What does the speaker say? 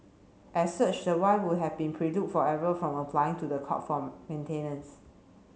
as such the wife would have been forever from applying to the court form maintenance